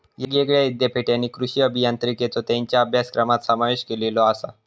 येगयेगळ्या ईद्यापीठांनी कृषी अभियांत्रिकेचो त्येंच्या अभ्यासक्रमात समावेश केलेलो आसा